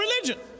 religion